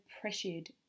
pressured